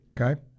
Okay